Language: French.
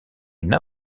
une